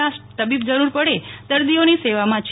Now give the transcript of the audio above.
ના તબીબ જરૂર પડે દર્દીઓની સેવામાં છે